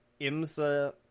IMSA